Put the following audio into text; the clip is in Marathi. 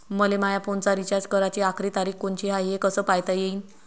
मले माया फोनचा रिचार्ज कराची आखरी तारीख कोनची हाय, हे कस पायता येईन?